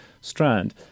strand